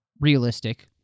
realistic